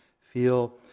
feel